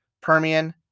Permian